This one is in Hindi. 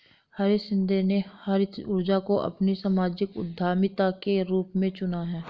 हरीश शिंदे ने हरित ऊर्जा को अपनी सामाजिक उद्यमिता के रूप में चुना है